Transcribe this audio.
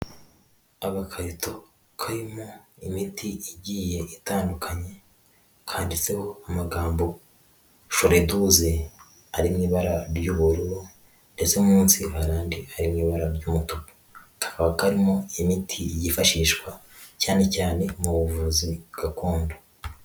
Agakarrito karimo imiti igiye itandukanye, kanditseho amagambo foreduze ari mu ibara ry'ubururu ndetse munsi hari andi ari mu ibara ry'umutuku. Kakaba karimo imiti yifashishwa cyane cyane mu buvuzi gakondo